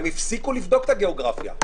הם הפסיקו לבדוק את הגיאוגרפיה.